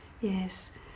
yes